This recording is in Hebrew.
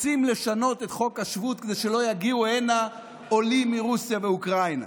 רוצים לשנות את חוק השבות כדי שלא יגיעו הנה עולים מרוסיה ואוקראינה.